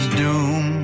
doom